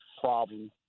problem